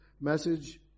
message